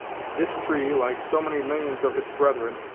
this tree, like so many millions of its brethren,